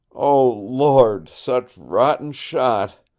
oh, lord such rotten shot